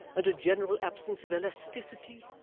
and a general absence of elasticity,